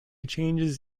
changes